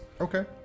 Okay